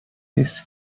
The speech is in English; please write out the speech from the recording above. his